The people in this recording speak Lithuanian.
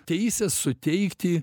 teises suteikti